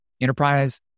enterprise